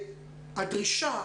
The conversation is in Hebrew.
הדרישה